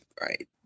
right